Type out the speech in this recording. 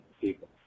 people